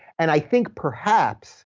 and i think perhaps,